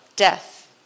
Death